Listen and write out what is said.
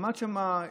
עמד שם איש,